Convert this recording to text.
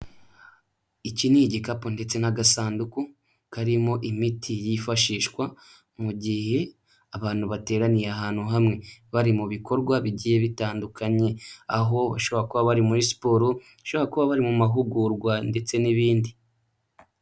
Iki ni igikapu ndetse n'agasanduku, karimo imiti yifashishwa mu gihe abantu bateraniye ahantu hamwe. Bari mu bikorwa bigiye bitandukanye, aho bashobora kuba bari muri siporo, bashobora kuba bari mu mahugurwa ndetse n'ibindi.